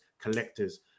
collectors